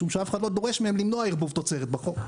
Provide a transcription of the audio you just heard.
משום שאף אחד לא דורש מהם למנוע ערבוב תוצרת בחוק.